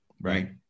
right